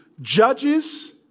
judges